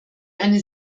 eine